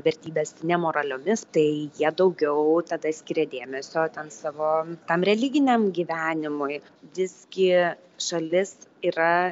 vertybes nemoraliomis tai jie daugiau tada skiria dėmesio ten savo tam religiniam gyvenimui visgi šalis yra